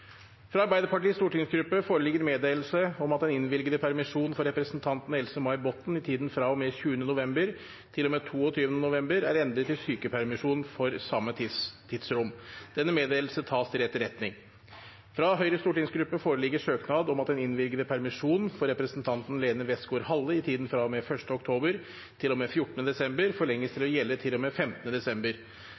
Fra Arbeiderpartiets stortingsgruppe foreligger meddelelse om at den innvilgede permisjon for representanten Else-May Botten i tiden fra og med 20. november til og med 22. november er endret til sykepermisjon for samme tidsrom. – Denne meddelelse tas til etterretning. Fra Høyres stortingsgruppe foreligger søknad om at den innvilgede permisjon for representanten Lene Westgaard-Halle i tiden fra og med 1. oktober til og med 14. desember forlenges til å gjelde til og med 15. desember.